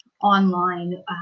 online